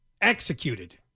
Executed